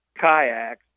kayaks